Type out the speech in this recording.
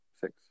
six